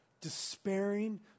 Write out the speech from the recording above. despairing